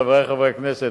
חברי חברי הכנסת,